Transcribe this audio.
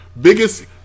Biggest